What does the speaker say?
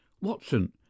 Watson